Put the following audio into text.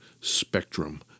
Spectrum